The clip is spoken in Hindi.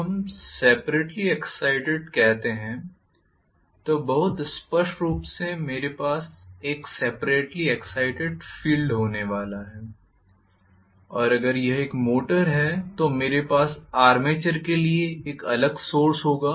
जब हम सेपरेट्ली एग्ज़ाइटेड कहते हैं तो बहुत स्पष्ट रूप से मेरे पास एक सेपरेट्ली एग्ज़ाइटेड फील्ड होने वाला है और अगर यह एक मोटर है तो मेरे पास आर्मेचर के लिए एक अलग सोर्स होगा